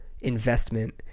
investment